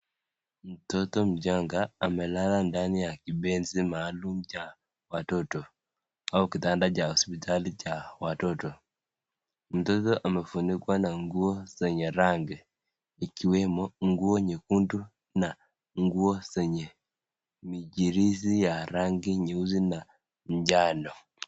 Mtoto mchanga amelalala ndani ya kipenzi cha watoto au kitanda cha hospitali cha watoto. Mtoto amefunikwa na nguo zenye rangi ikiwemo nguo nyekundu na nguo zenye michirizi ya rangi nyeusi na njano.